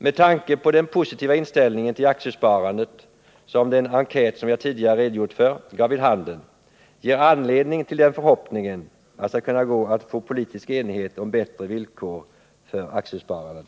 Med tanke på den positiva inställningen till aktiesparandet, som den enkät som jag tidigare redogjort för gav vid handen, finns det anledning att hysa den förhoppningen att det skall vara möjligt att uppnå politisk enighet här i kammaren om bättre villkor för aktiesparandet.